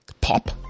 pop